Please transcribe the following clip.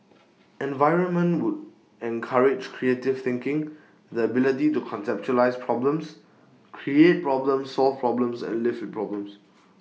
environment would encourage creative thinking the ability to conceptualise problems create problems solve problems and live with problems